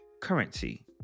currency